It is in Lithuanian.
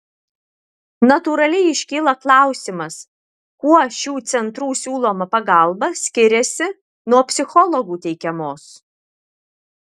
natūraliai iškyla klausimas kuo šių centrų siūloma pagalba skiriasi nuo psichologų teikiamos